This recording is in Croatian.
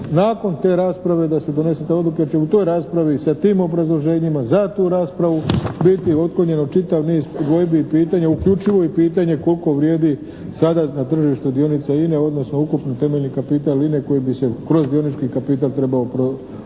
nakon te rasprave da se donese te odluke jer će u toj raspravi, sa tim obrazloženjima, za tu raspravu biti otklonjeno čitav niz dvojbi i pitanja uključivo i pitanje kol'ko vrijedi sada na tržištu dionica INA-e, odnosno ukupno temeljni kapital INA-e koji bi se kroz dionički kapital trebao plasirati